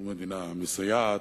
מדינה מסייעת.